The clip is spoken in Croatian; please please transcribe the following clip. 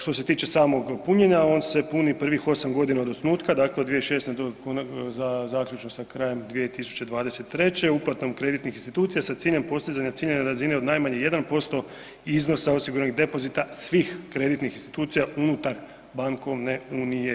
Što se tiče samog punjenja on se puni prvih 8 godina od osnutka, dakle od 2006. do zaključno sa krajem 2023. uplatom kreditnih institucija sa ciljem postizanja ciljane razine od najmanje 1% iznosa osiguranih depozita svih kreditnih institucija unutar bankovne unije.